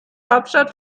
hauptstadt